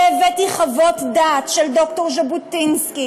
והבאתי חוות דעת של ד"ר ז'בוטינסקי